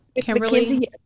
Kimberly